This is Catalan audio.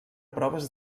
proves